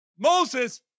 Moses